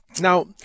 Now